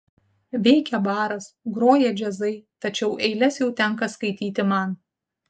veikia baras groja džiazai tačiau eiles jau tenka skaityti man